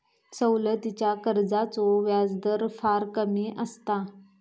सवलतीच्या कर्जाचो व्याजदर फार कमी असता